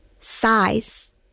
Size